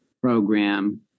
program